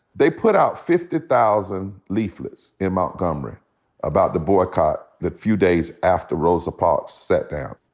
they put out fifty thousand leaflets in montgomery about the boycott the few days after rosa parks sat down.